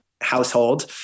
household